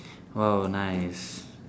!wow! nice